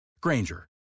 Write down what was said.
Granger